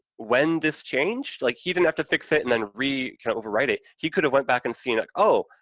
when this changed, like, he didn't have to fix it and then re, kind of overwrite it, he could have went back and seen, like, oh,